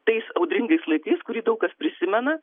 tais audringais laikais kurį daug kas prisimena